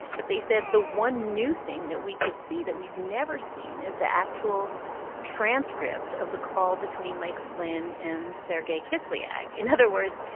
but they said the one new thing that we could see that we've never seen is the actual transcript of the call between mike flynn and sergei kislyak. in other words,